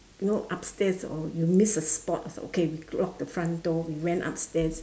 you know upstairs or you missed a spot okay we locked the front door we went upstairs